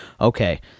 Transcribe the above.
okay